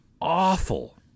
awful